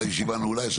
על